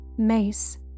Mace